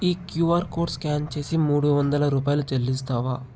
ఈ QR code scan చేసి మూడు వందల రూపాయలు చెల్లిస్తావా